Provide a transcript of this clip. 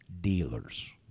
dealers